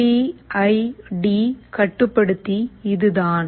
B I D கட்டுப்படுத்தி இதுதான்